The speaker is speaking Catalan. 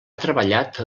treballat